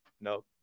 no